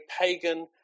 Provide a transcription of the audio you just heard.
pagan